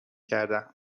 کردم